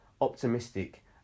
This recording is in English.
optimistic